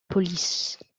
police